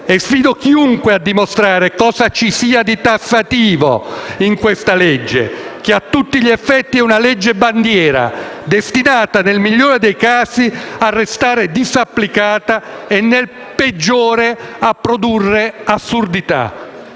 E sfido chiunque a dimostrare cosa ci sia di tassativo nel provvedimento in esame che a tutti gli effetti è una legge bandiera, destinata nel migliore dei casi a restare disapplicata e, nel peggiore, a produrre assurdità.